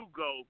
go